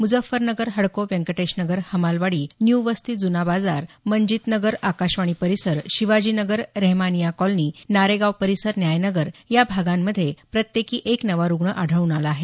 मुझफ्फर नगर हडको व्यंकटेश नगर हमालवाडी न्यू वस्ती जुनाबाजार मनजीत नगर आकाशवाणी परिसर शिवाजी नगर रेहमानिया कॉलनी नारेगाव परिसर न्याय नगर या भागांमधे प्रत्येकी एक नवा रुग्ण आढळून आला आहे